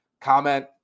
comment